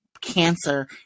cancer